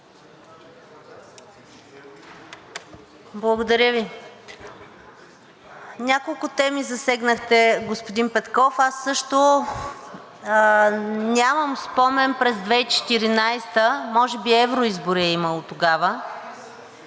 Благодаря Ви. Няколко теми засегнахте, господин Петков. Аз също нямам спомен за 2014 г. Може би евроизбори е имало тогава,